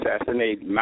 assassinate